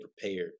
prepared